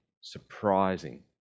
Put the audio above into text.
surprising